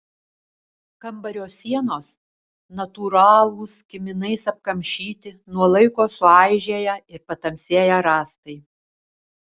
kambario sienos natūralūs kiminais apkamšyti nuo laiko suaižėję ir patamsėję rąstai